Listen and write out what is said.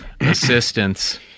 Assistance